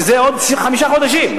שזה עוד חמישה חודשים,